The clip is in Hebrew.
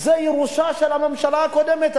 שזה ירושה של הממשלה הקודמת.